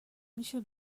میشه